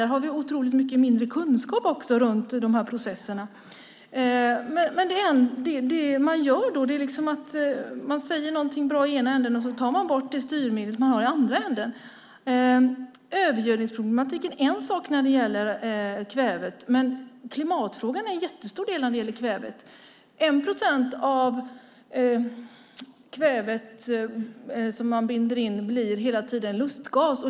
Där har vi otroligt mycket mindre kunskap runt processerna. Man säger något bra i ena änden och tar bort styrmedlet man har i andra änden. Övergödningsproblematiken är en sak när det gäller kvävet, men klimatfrågan är en jättestor del när det gäller kvävet. 1 procent av det kväve som man binder in blir hela tiden lustgas.